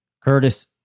Curtis